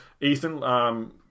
Ethan